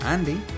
Andy